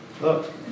Look